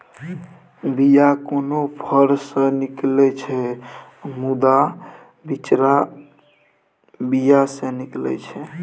बीया कोनो फर सँ निकलै छै मुदा बिचरा बीया सँ निकलै छै